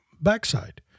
backside